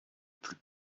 plus